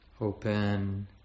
open